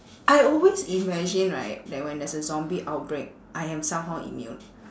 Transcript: I always imagine right that when there's a zombie outbreak I am somehow immune